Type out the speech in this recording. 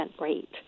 rate